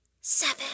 Seven